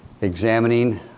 examining